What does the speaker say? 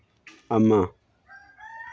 ꯑꯃ